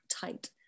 tight